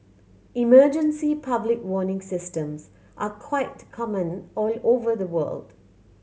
emergency public warning systems are quite common all over the world